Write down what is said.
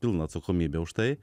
pilną atsakomybę už tai